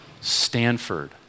Stanford